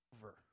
over